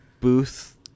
booth